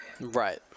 right